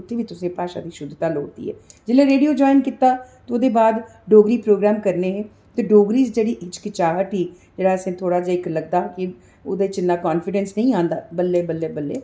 उत्थै बी तुसें ई भाशा दी शुद्धता लोड़दी ऐ जिसलै रेडियो ज्वाइन कीता ते ओह्दे बाद डोगरी प्रोग्राम करने हे ते डोगरी च जेह्ड़ी हिचकिचाहट ही जेह्ड़ा असें ई ओह् थोह्ड़ा जेहा लगदा हा कि ओह्दे च इन्ना कान्फिडैंस नेईं आंदा बल्लें बल्लें बल्लें